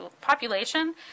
population